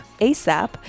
ASAP